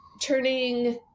turning